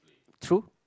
two